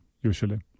usually